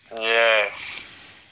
Yes